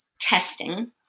testing